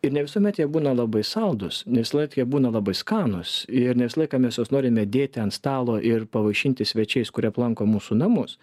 ir ne visuomet jie būna labai saldūs ne visuomet jie būna labai skanūs ir ne visą laiką mes juos norime dėti ant stalo ir pavaišinti svečiais kurie aplanko mūsų namus